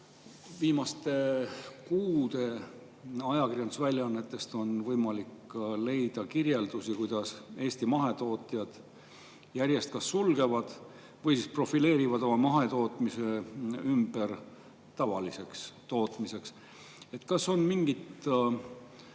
viimaste kuude ajakirjandusväljaannetest võimalik leida kirjeldusi, kuidas Eesti mahetootjad järjest sulgevad [oma tootmisi] või siis profileerivad oma mahetootmise ümber tavaliseks tootmiseks. Kas on mingit